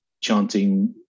chanting